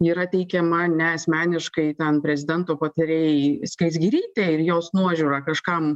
ji yra teikiama ne asmeniškai ten prezidento patarėjai skaisgirytei ir jos nuožiūra kažkam